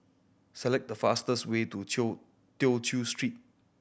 select the fastest way to Chew Tew Chew Street